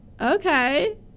okay